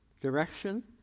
direction